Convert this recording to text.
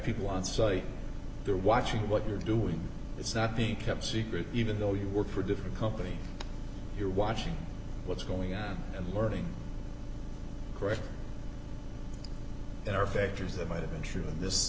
people on site they're watching what you're doing it's not being kept secret even though you work for a different company you're watching what's going on and learning correct there are factors that might have been true in this